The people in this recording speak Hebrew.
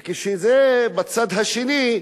וכאשר בצד השני,